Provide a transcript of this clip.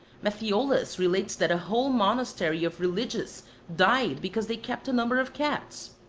matthiolus relates that a whole monastery of religious died because they kept a number of cats.